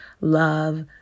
love